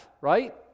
Right